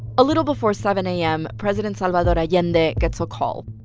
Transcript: a little before seven a m, president salvador allende gets a call.